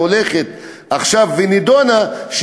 שנדונה עכשיו,